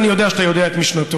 אני יודע שאתה יודע את משנתו,